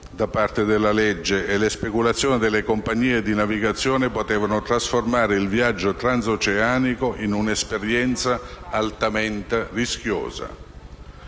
da parte della legge e le speculazioni delle compagnie di navigazione potevano trasformare il viaggio transoceanico in un'esperienza altamente rischiosa.